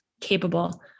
capable